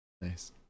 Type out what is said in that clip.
Nice